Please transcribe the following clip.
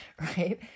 right